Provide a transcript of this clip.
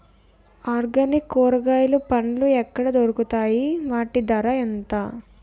Organic కూరగాయలు పండ్లు ఎక్కడ దొరుకుతాయి? వాటి ధర ఎంత?